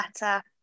better